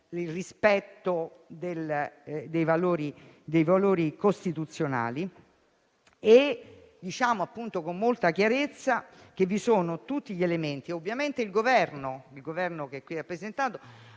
il rispetto dei valori costituzionali.